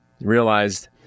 realized